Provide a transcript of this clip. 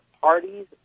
parties